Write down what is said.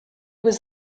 was